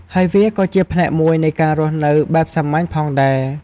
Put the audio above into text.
ហើយវាក៏ជាផ្នែកមួយនៃការរស់នៅបែបសាមញ្ញផងដែរ។